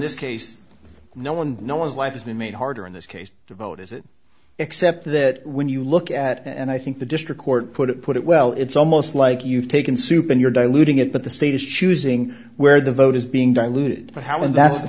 this case no one and no one's life has been made harder in this case to vote as it except that when you look at and i think the district court put it put it well it's almost like you've taken soup in your diluting it but the state is choosing where the vote is being diluted but how and that